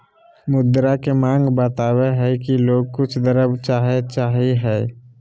मुद्रा के माँग बतवय हइ कि लोग कुछ द्रव्य काहे चाहइ हइ